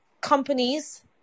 companies